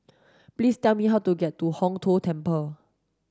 please tell me how to get to Hong Tho Temple